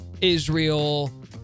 Israel